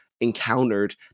encountered